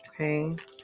okay